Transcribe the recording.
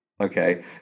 okay